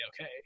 okay